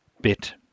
bit